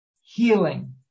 healing